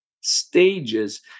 stages